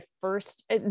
first